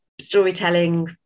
storytelling